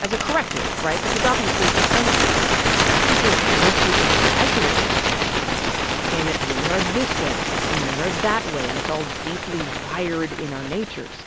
as a corrective. because obviously, for centuries people grossly exaggerated gender differences, saying that women are this way, and men are that way, and it's all deeply wired in our natures.